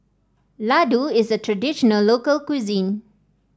Laddu is a traditional local cuisine